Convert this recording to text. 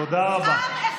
תודה רבה.